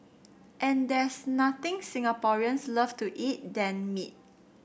and there's nothing Singaporeans love to eat than meat